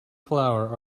flour